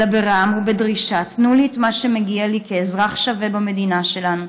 אלא ברעם ובדרישה: תנו לי את מה שמגיע לי כאזרח שווה במדינה שלנו,